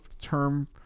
term